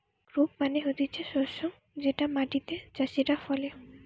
crop মানে হতিছে শস্য যেটা মাটিতে চাষীরা ফলে